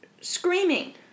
screaming